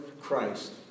Christ